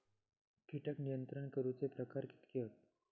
कीटक नियंत्रण करूचे प्रकार कितके हत?